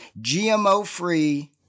GMO-free